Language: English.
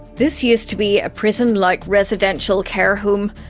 this used to be a prison-like residential care home,